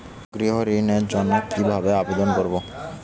গৃহ ঋণ জন্য কি ভাবে আবেদন করব?